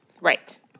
Right